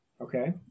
Okay